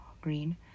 Green